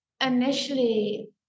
Initially